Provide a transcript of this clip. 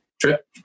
trip